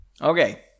Okay